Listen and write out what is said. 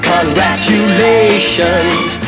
Congratulations